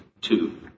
two